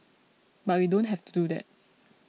but we don't have to do that